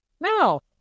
no